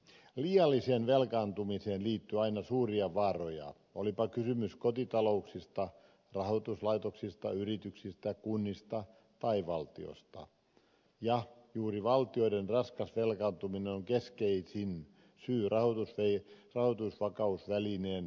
liialliseen velkaantumiseen liittyy aina suuria vaaroja olipa kysymys kotitalouksista rahoituslaitoksista yrityksistä kunnista tai valtiosta ja juuri valtioiden raskas velkaantuminen on keskeisin syy rahoitusvakausvälineen perustamiselle